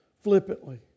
flippantly